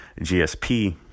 GSP